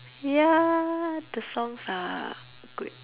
ya the songs are good